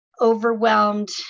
Overwhelmed